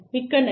மிக்க நன்றி